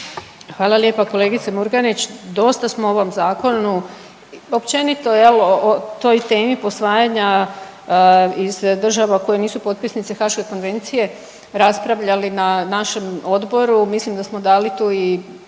Hvala lijepa. Kolegice Murganić dosta smo o ovom zakonu općenito jel o toj temi posvajanja iz država koje nisu potpisnice Haaške konvencije raspravljali na našem odboru. Mislim da smo dali tu i